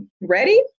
Ready